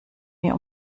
mir